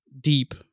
deep